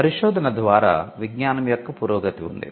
పరిశోధన ద్వారా విజ్ఞానం యొక్క పురోగతి ఉంది